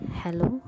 hello